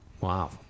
wow